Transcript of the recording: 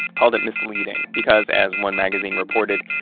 called it misleading because, as one magazine reported,